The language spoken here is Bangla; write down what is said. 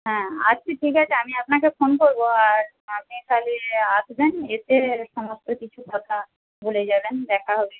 হ্যাঁ আচ্ছা ঠিক আছে আমি আপনাকে ফোন করব আর আপনি তাহলে আসবেন এসে সমস্ত কিছু কথা বলে যাবেন দেখা হবে